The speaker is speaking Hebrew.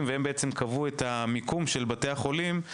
והם קבעו את מיקום המכשירים בבתי החולים.